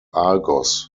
argos